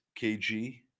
KG